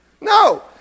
No